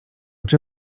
czy